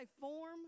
form